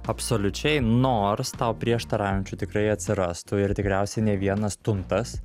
absoliučiai nors tau prieštaraujančių tikrai atsirastų ir tikriausiai ne vienas tuntas